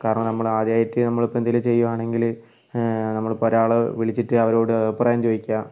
കാരണം നമ്മൾ ആദ്യമായിട്ട് നമ്മളിപ്പോൾ എന്തെങ്കിലും ചെയ്യുവാണെങ്കിൽ നമ്മളിപ്പോൾ ഒരാളെ വിളിച്ചിട്ട് അവരോട് അഭിപ്രായം ചോദിക്കുക